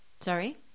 sorry